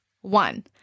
one